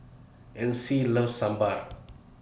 Alcie loves Sambar